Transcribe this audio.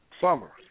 summer